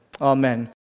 Amen